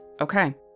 Okay